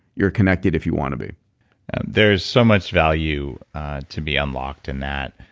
you're connected if you want to be there's so much value to be unlocked in that.